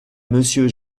monsieur